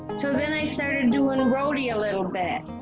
so then i started doing roadie a little bit,